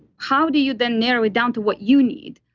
how do you then narrow it down to what you need?